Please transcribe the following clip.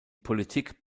politik